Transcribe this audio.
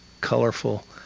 Colorful